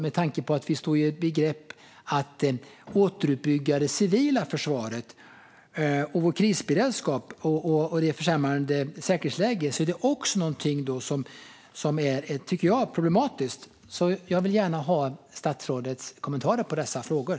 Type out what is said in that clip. Med tanke på att vi står i begrepp att återuppbygga det civila försvaret och vår krisberedskap samt det försämrade säkerhetsläget är detta problematiskt, tycker jag. Jag vill gärna höra statsrådets kommentarer till dessa frågor.